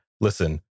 listen